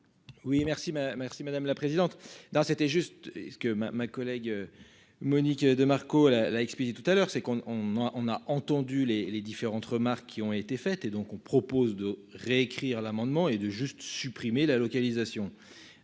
merci madame la présidente dans c'était juste et ce que ma, ma collègue. Monique de Marco là la expédie tout à l'heure, c'est qu'on on a on a entendu les différentes remarques qui ont été faites et donc on propose de réécrire l'amendement et de juste supprimer la localisation.